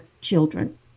children